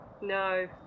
No